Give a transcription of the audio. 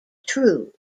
true